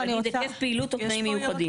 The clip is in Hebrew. להגי היקף פעילות או תנאים מיוחדים.